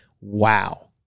Wow